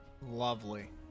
Lovely